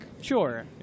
Sure